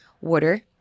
water